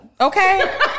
okay